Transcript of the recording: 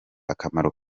akamaro